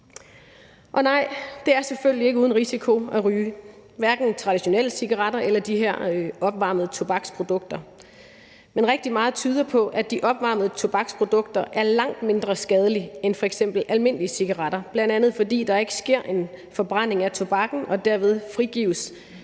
Og nej, det er selvfølgelig ikke uden risiko at ryge, hverken traditionelle cigaretter eller de her opvarmede tobaksprodukter, men rigtig meget tyder på, at de opvarmede tobaksprodukter er langt mindre skadelige end f.eks. almindelige cigaretter, bl.a. fordi der ikke sker en forbrænding af tobakken og derved frigives